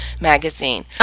magazine